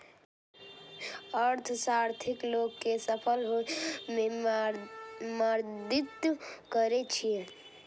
अर्थशास्त्र लोग कें सफल होइ मे मदति करै छै